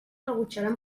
rebutjaran